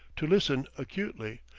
to listen acutely.